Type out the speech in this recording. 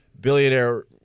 billionaire